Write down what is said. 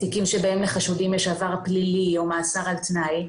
תיקים שבהם לחשודים יש עבר פלילי או מאסר על תנאי.